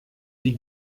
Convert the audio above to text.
die